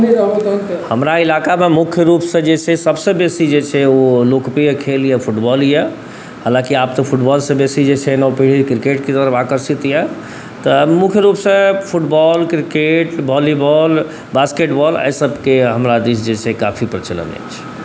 हमरा इलाकामे मुख्य रूपसँ जे छै से सभसँ बेसी जे छै से ओ लोकप्रिय खेल यए फुटबॉल यए हालाँकि आब तऽ फुटबॉलसँ बेसी जे छै से नव पीढ़ी क्रिकेटकेँ तरफ आकर्षित यए तऽ मुख्य रूपसँ फुटबॉल क्रिकेट वॉलिबॉल बास्केटबॉल एहिसभके हमरा दिश जे छै से काफी प्रचलन अछि